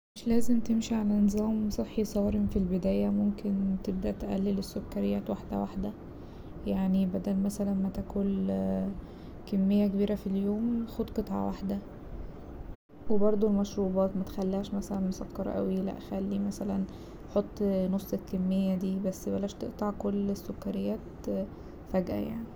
مش لازم تمشي على نظام صحي صارم في البداية ممكن تبدأ تقلل السكريات واحدة واحدة يعني بدل مثلا ما تاكل كمية كبيرة في اليوم خد قطعة واحدة و بردو المشروبات متخليهاش مثلا مسكره اوي لا خلي مثلا حط نص الكمية دي بس بلاش تقطع كل السكريات فجأة يعني.